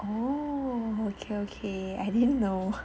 oh okay okay I didn't know